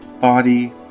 body